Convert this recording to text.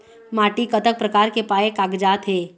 माटी कतक प्रकार के पाये कागजात हे?